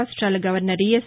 రాష్టాల గవర్నర్ ఈ ఎస్